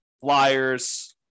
flyers